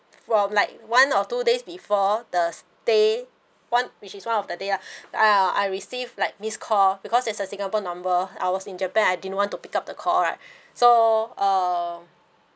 from like one or two days before the stay one which is one of the day lah uh I received like missed call because it's a singapore number I was in japan I didn't want to pick up the call right so uh